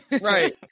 right